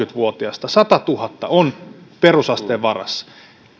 vuotiasta satatuhatta on perusasteen varassa